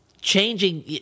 changing